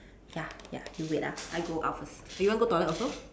ya ya you wait ah I go out first you want go toilet also